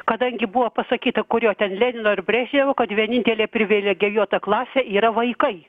kadangi buvo pasakyta kurio ten lenino ir brežnevo kad vienintelė privilegijuota klasė yra vaikai